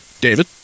David